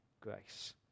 grace